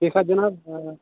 ٹھیٖک حظ جِناب آ